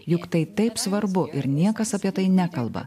juk tai taip svarbu ir niekas apie tai nekalba